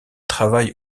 travaille